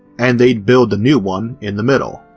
and they'd build the new one in the middle.